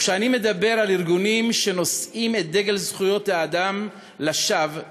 וכשאני מדבר על ארגונים שנושאים את דגל זכויות האדם לשווא,